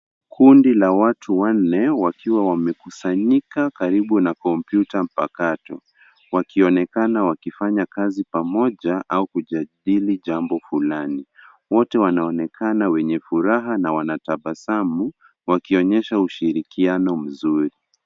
Kundi la watu wanne wakiwa wamekusanyika karibu na kompyuta mpakato wakionekana wakifanya kazi pamoja au kujadili jambo fulani. Wote wanaonekana wenye furaha na wanatabasamu wakionyesha ushirikiano mzuri.